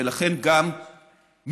ולכן גם מצטברת,